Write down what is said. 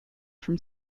from